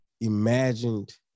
imagined